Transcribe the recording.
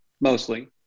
mostly